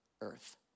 earth